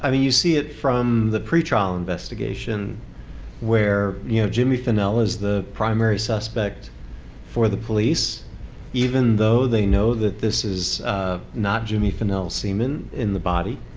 i mean you see it from the pretrial investigation where you know jimmy finnell is the primary suspect for the police even though they know that this is not jimmy finnell's semen in the body.